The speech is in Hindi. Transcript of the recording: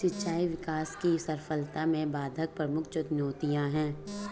सिंचाई विकास की सफलता में बाधक प्रमुख चुनौतियाँ है